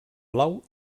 blau